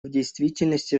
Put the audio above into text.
действительности